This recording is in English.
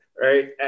right